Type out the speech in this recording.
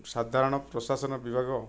ସାଧାରଣ ପ୍ରଶାସନ ବିଭାଗ